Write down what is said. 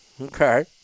Okay